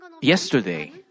yesterday